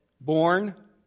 Born